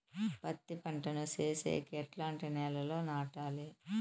పత్తి పంట ను సేసేకి ఎట్లాంటి నేలలో నాటాలి?